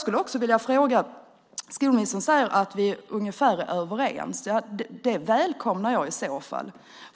Utbildningsministern säger att vi är nog är överens. Det välkomnar jag i så fall.